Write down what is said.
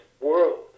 world